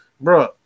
bro